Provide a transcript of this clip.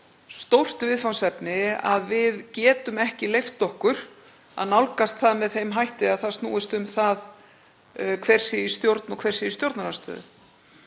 stórt viðfangsefni að við getum ekki leyft okkur að nálgast það með þeim hætti að það snúist um það hver sé í stjórn og hver sé í stjórnarandstöðu.